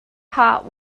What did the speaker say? hot